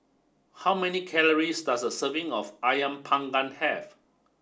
how many calories does a serving of Ayam panggang have